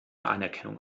anerkennung